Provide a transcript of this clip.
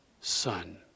son